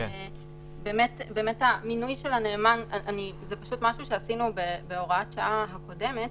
באמת המינוי של הנאמן זה משהו שעשינו בהוראת השעה הקודמת.